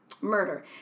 murder